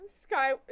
Sky